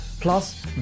plus